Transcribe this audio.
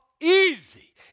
easy